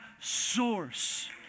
source